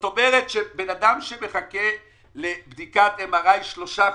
בן אדם שמחכה לבדיקת MRI שלושה חודשים,